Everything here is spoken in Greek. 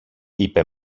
είπε